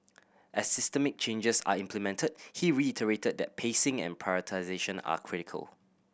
as systemic changes are implemented he reiterated that pacing and prioritisation are critical